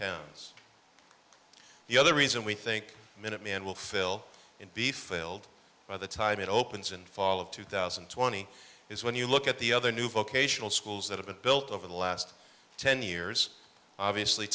towns the other reason we think minuteman will fill and be filled by the time it opens in fall of two thousand and twenty is when you look at the other new vocational schools that have been built over the last ten years obviously